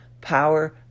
power